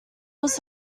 was